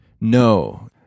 No